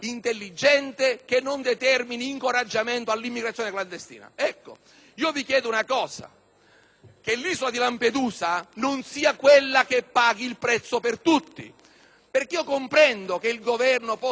che l'isola di Lampedusa non sia quella che paghi il prezzo per tutti. Comprendo che il Governo possa immaginare che una politica di contrasto debba evitare che da Lampedusa